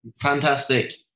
Fantastic